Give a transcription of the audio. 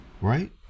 Right